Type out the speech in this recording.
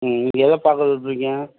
ம் எதை பார்க்க விரும்புகிறிங்க